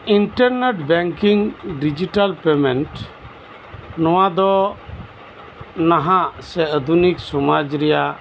internet banking digital payment ᱱᱚᱣᱟ ᱫᱚ ᱱᱟᱦᱟᱜ ᱥᱮ ᱟᱫᱷᱩᱱᱤᱠ ᱥᱚᱢᱟᱡ ᱨᱮᱭᱟᱜ